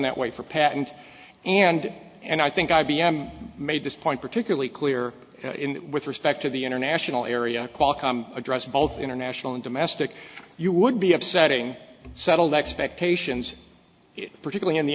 that way for patent and and i think i b m made this point particularly clear with respect to the international area qualcomm address both international and domestic you would be upsetting settled expectations particularly in the